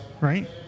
Right